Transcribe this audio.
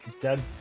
dead